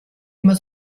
immer